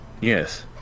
yes